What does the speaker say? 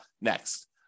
next